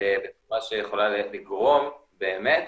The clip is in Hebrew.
בתרופה שיכולה לגרום באמת